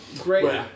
Great